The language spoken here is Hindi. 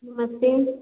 नमस्ते